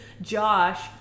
Josh